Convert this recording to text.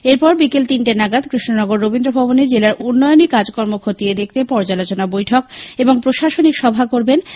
এরপর বিকেল তিনটে নাগাদ কৃষ্ণনগর রবীন্দ্রভবনে জেলার উন্নয়নী কাজকর্ম খতিয়ে দেখতে পর্যালোচনা বৈঠক এবং প্রশাসনিক সভা করবেন